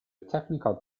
technical